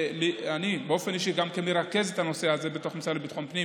אני באופן אישי מוכן לרכז את הנושא הזה בתוך המשרד לביטחון פנים